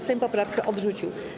Sejm poprawkę odrzucił.